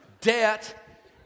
Debt